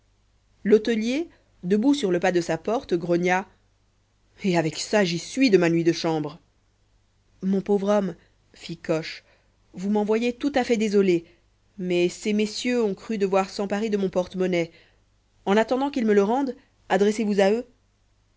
l'hôtelier debout sur le pas de sa porte grogna et avec ça j'y suis de ma nuit de chambre mon pauvre homme fit coche vous m'en voyez tout à fait désolé mais ces messieurs ont cru devoir s'emparer de mon portemonnaie en attendant qu'ils me le rendent adressez-vous à eux